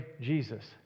Jesus